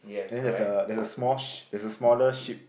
then there's a there's a small sh~ there's a smaller sheep